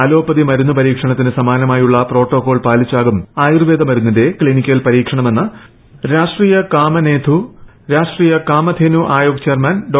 allopathy മരുന്ന് പരീക്ഷണത്തിന് സമാനമായുള്ള പ്രോട്ടോക്കോൾ പാലിച്ചാകും ആയുർവേദ മരുന്നിന്റെ ക്ലിനിക്കൽ പരീക്ഷണമെന്ന് രാഷ്ട്രീയ കാമനേധു ആയോഗ് ചെയർമാൻ ഡോ